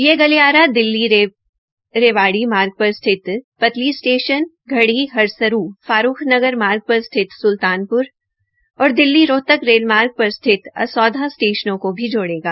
यह गलियारा दिल्ली रेवाड़ी मार्ग पर स्थित पतली स्टेशन गढ़ी हरसरू फारूखानगर मार्ग पर स्थित स्स्तान और दिल्ली रोहतक रेल मार्ग असौधा स्टेशनों को भी जोड़ेगा